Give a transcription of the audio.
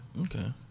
Okay